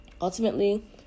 ultimately